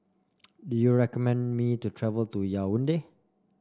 do you recommend me to travel to Yaounde